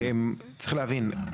צריך להבין,